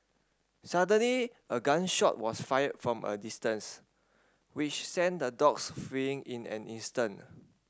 suddenly a gun shot was fired from a distance which sent the dogs fleeing in an instant